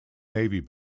navy